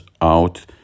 out